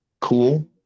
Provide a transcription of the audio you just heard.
cool